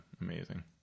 amazing